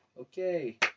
okay